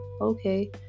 okay